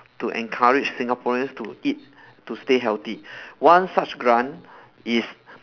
to encourage singaporeans to eat to stay healthy one such grant is